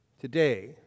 Today